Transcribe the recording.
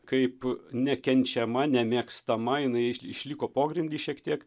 kaip nekenčiama nemėgstama jinai išliko pogrindy šiek tiek